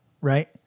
right